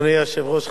אדוני היושב-ראש,